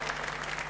לא,